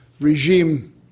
regime